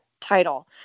title